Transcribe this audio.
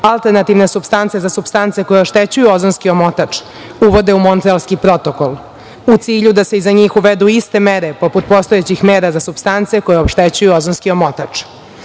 alternativne supstance za supstance koje oštećuju ozonski omotač uvode u Montrealski protokol, u cilju da se i za njih uvedu iste mere poput postojećih mera za supstance koje oštećuju ozonski omotač.